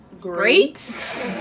great